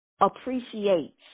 appreciates